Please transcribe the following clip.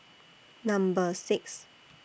Number six